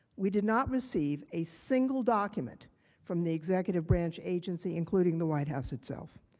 we did not receive a single document from the executive branch agency including the white house itself.